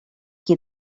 qui